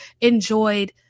enjoyed